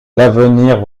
l’avenir